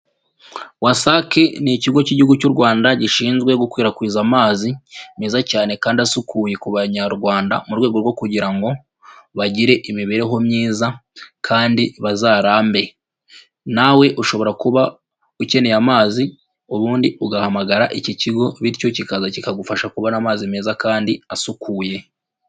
WASAC ni ikigo cy'igihugu cy'u Rwanda gishinzwe gukwirakwiza amazi meza cyane kandi asukuye ku banyarwanda, mu rwego rwo kugira ngo bagire imibereho myiza kandi bazarambe. Nawe ushobora kuba ukeneye amazi ubundi ugahamagara iki kigo bityo kikaza kikagufasha kubona amazi meza kandi asukuye.